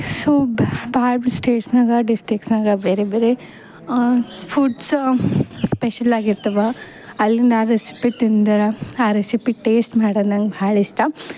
so ಭಾಳ್ ಸ್ಟೇಟ್ಸ್ನಾಗೆ ಡಿಸ್ಟಿಕ್ಸ್ನಾಗೆ ಬೇರೆ ಬೇರೆ ಫುಡ್ಸ್ ಸ್ಪೆಷಲಾಗಿ ಇರ್ತವೆ ಅಲ್ಲಿನ ರೆಸ್ಪಿ ತಿಂದ್ರೆ ಆ ರೆಸಿಪಿ ಟೇಸ್ಟ್ ಮಾಡೋದ್ ನಂಗೆ ಭಾಳ್ ಇಷ್ಟ